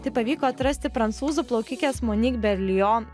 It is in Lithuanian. tai pavyko atrasti prancūzų plaukikės monik berlion